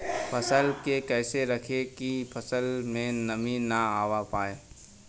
फसल के कैसे रखे की फसल में नमी ना आवा पाव?